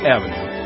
Avenue